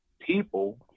people